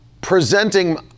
Presenting